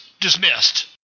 dismissed